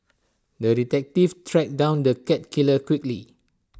the detective tracked down the cat killer quickly